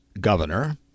governor